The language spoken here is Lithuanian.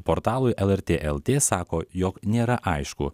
portalui lrt lt sako jog nėra aišku